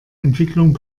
entwicklung